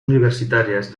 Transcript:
universitarias